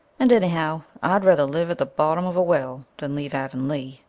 and anyhow, i'd rather live at the bottom of a well than leave avonlea.